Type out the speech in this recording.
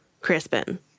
Crispin